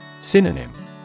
Synonym